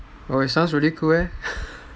it sounds really cool leh